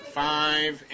five